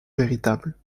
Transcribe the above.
véritable